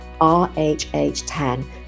RHH10